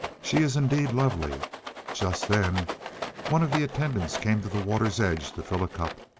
she is indeed lovely just then one of the attendants came to the water's edge to fill a cup,